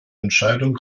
entscheidung